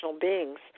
beings